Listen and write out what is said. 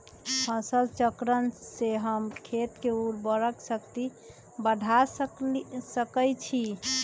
फसल चक्रण से हम खेत के उर्वरक शक्ति बढ़ा सकैछि?